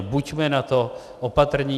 Buďme na to opatrní.